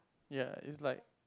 ya it's like